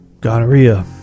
Gonorrhea